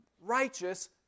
righteous